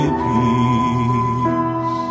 peace